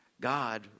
God